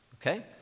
Okay